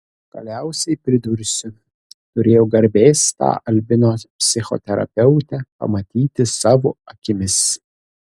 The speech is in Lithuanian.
galiausiai pridursiu turėjau garbės tą albino psichoterapeutę pamatyti savo akimis